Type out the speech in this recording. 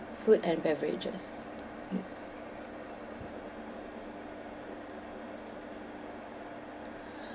food and beverages mm